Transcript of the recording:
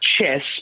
chess